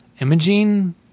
imaging